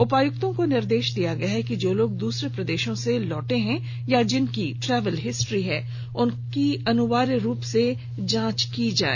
उपायुक्तों को निर्देश दिया गया है कि जो लोग दूसरे प्रदेशों से लौटे हैं या जिनकी ट्रैवल हिस्ट्री है उनका अनिवार्य रूप से जांच की जाए